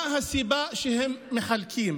מה הסיבה שהם מחלקים?